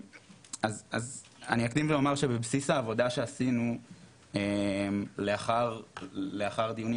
אז אני אקדים ואומר שבבסיס העבודה שעשינו לאחר דיונים